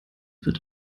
wird